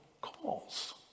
calls